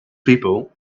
people